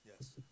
Yes